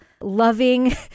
loving